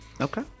Okay